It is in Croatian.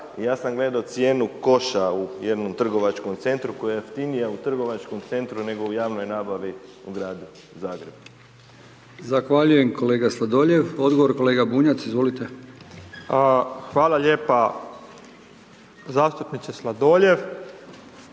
Ja sam gledao cijenu koša u jednom trgovačkom centru, koja je jeftinija u trgovačkom centru nego u javnoj nabavi u Gradu Zagrebu. **Brkić, Milijan (HDZ)** Zahvaljujem kolega Sladoljev, odgovor kolega Bunjac, izvolite. **Bunjac, Branimir (Živi